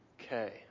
Okay